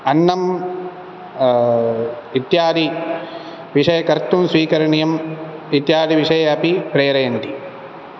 अन्नम् इत्यादि विषयकर्तुं स्वीकरणीयम् इत्यादिविषये अपि प्रेरयन्ति